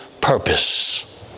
purpose